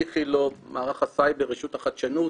איכילוב, מערך הסייבר, רשות החדשנות,